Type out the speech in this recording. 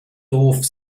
doof